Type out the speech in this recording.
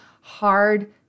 hard